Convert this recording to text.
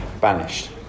banished